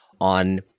on